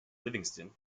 livingston